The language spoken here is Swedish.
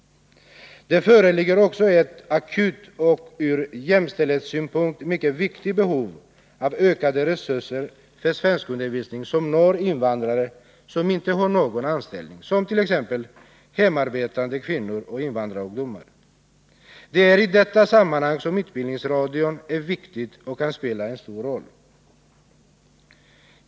Det föreligger också ett akut och från jämställdhetssynpunkt mycket viktigt behov av ökade resurser för svenskundervisning som når invandrare som inte har någon anställning, t.ex. hemarbetande kvinnor och invandrarungdomar. Det är i detta sammanhang som utbildningsradion är viktig och kan spela en stor roll.